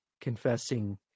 confessing